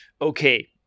Okay